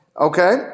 Okay